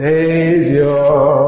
Savior